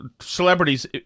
celebrities